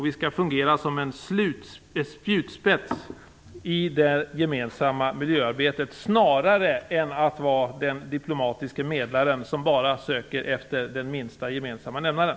Vi skall fungera som en spjutspets i det gemensamma miljöarbetet snarare än att vara den diplomatiske medlaren som bara söker efter den minsta gemensamma nämnaren.